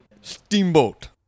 Steamboat